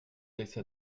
texte